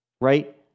Right